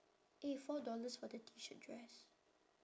eh four dollars for the T shirt dress